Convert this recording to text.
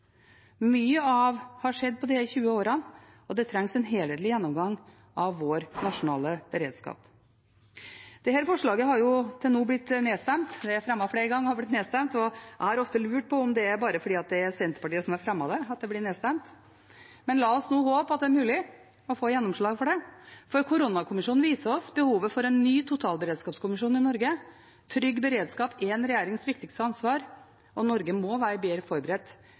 Mye har skjedd på disse 20 årene, og det trengs en helhetlig gjennomgang av vår nasjonale beredskap. Dette forslaget har til nå blitt nedstemt, det har blitt fremmet flere ganger og blitt nedstemt. Jeg har ofte lurt på om det blir nedstemt bare fordi det er Senterpartiet som har fremmet det. Men la oss nå håpe at det er mulig å få gjennomslag for det, for koronakommisjonen viser oss behovet for en ny totalberedskapskommisjon i Norge. Trygg beredskap er en regjerings viktigste ansvar, og Norge må være bedre forberedt